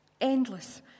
endless